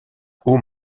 haut